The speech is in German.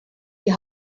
die